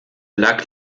lag